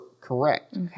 correct